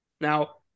now